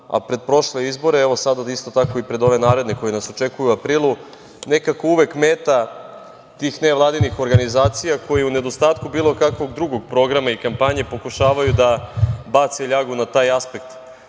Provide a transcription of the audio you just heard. a pred prošle izbore, evo sada isto tako pred ove naredne koji nas očekuju u aprilu, nekako uvek meta tih nevladinih organizacija koji u nedostatku bilo kakvog drugog programa i kampanje pokušavaju da bace ljagu na taj aspekt